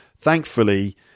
thankfully